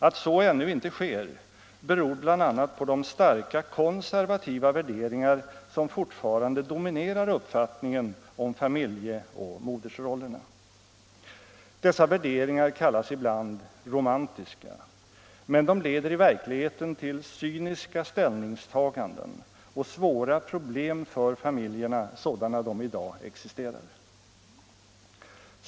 Att så ännu inte sker beror bl.a. på de starka konservativa värderingar som fortfarande dominerar uppfattningen om familjeoch modersrollerna. Dessa värderingar kallas ibland romantiska, men de leder i verkligheten till cyniska ställningstaganden och svåra problem för familjerna sådana de i dag existerar.